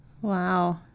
Wow